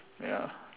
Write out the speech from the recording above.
ya